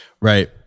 Right